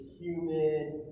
humid